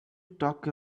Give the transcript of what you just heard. talk